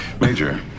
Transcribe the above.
Major